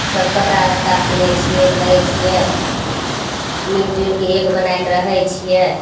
सब कपड़ा लत्ता किनय छियै धरय छियै मिल जुलिके एक बना के रहय छियै